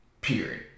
Period